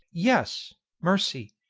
yes, mercy,